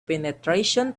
penetration